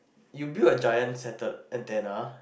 you build a giant sate~ antenna